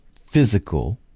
physical